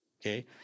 okay